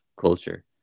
culture